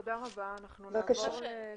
תודה רבה, אני רוצה שנעבור לקובי רפאלי.